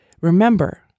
remember